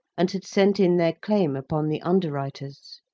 and had sent in their claim upon the underwriters.